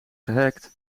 gehackt